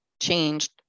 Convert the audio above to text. changed